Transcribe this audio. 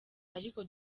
ariko